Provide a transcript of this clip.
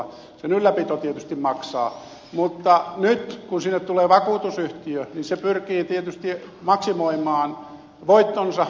sen ylläpito tietysti maksaa mutta nyt kun sinne tulee vakuutusyhtiö se pyrkii tietysti maksimoimaan voittonsa